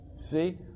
See